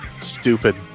stupid